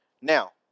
Now